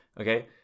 Okay